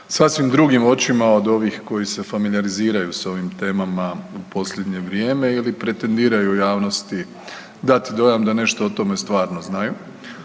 sasvim drugim očima od ovih koji se familiziraju sa ovim temama u posljednje vrijem ili pretendiraju javnosti dati dojam da nešto o tome stvarno znaju.